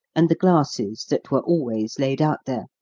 and the glasses that were always laid out there,